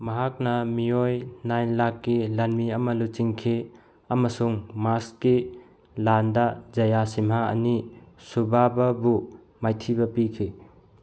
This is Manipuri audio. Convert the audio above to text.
ꯃꯍꯥꯛꯅ ꯃꯤꯑꯣꯏ ꯅꯥꯏꯟ ꯂꯥꯛꯀꯤ ꯂꯥꯟꯃꯤ ꯑꯃ ꯂꯨꯆꯤꯡꯈꯤ ꯑꯃꯁꯨꯡ ꯃꯥꯁꯀꯤ ꯂꯥꯟꯗ ꯖꯌꯥ ꯁꯤꯝꯍꯥ ꯑꯅꯤ ꯁꯨꯕꯥ ꯕꯥꯕꯨ ꯃꯥꯏꯊꯤꯕ ꯄꯤꯈꯤ